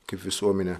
kaip visuomenė